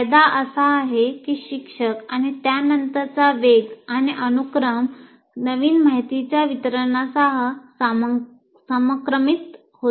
फायदा असा आहे की शिक्षक आणि त्यानंतरचा वेग आणि अनुक्रम नवीन माहितीच्या वितरणासह समक्रमित होते